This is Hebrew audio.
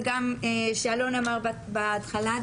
וגם שאלון אמר בהתחלה.